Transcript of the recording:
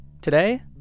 Today